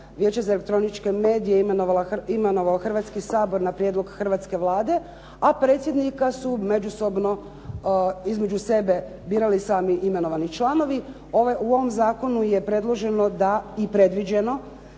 Vijeća za elektroničke medije imenovao Hrvatski sabor na prijedlog hrvatske Vlade a predsjednika su međusobno između sebe birali sami imenovani članovi. U ovom zakonu je predloženo i predviđeno